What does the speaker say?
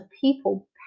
people